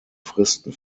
fristen